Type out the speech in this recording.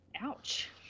ouch